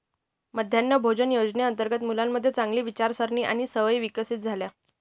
मध्यान्ह भोजन योजनेअंतर्गत मुलांमध्ये चांगली विचारसारणी आणि सवयी विकसित झाल्या